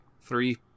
three